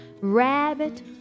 rabbit